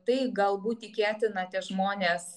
tai galbūt tikėtina tie žmonės